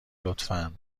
لطفا